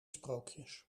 sprookjes